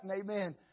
amen